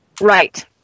Right